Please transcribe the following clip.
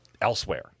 elsewhere